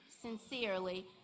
Sincerely